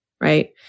right